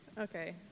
okay